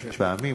שש פעמים,